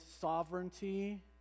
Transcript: sovereignty